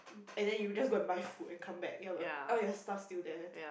and then you just go and buy food and come back ya but all your stuff still there